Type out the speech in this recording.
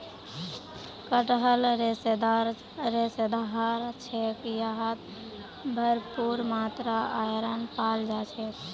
कटहल रेशेदार ह छेक यहात भरपूर मात्रात आयरन पाल जा छेक